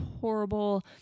horrible